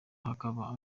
hakaba